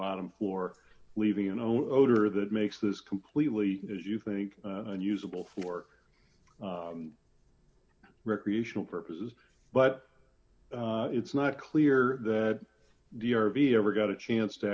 bottom floor leaving no odor that makes this completely as you think and usable for recreational purposes but it's not clear that the r v ever got a chance to